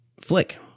flick